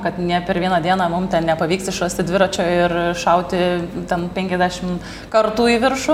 kad ne per vieną dieną mum nepavyks išrasti dviračio ir šauti ten penkiasdešim kartų į viršų